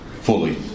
fully